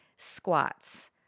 squats